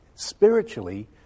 Spiritually